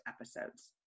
episodes